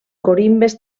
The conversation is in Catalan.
corimbes